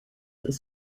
ist